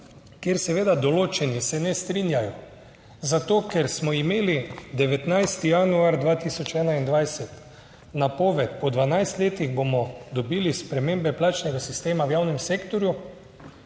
kjer seveda določeni se ne strinjajo, zato ker smo imeli 19. januar 2021 napoved, po 12 letih bomo dobili spremembe plačnega sistema v javnem sektorju,